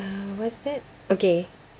uh what is that okay